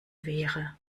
wäre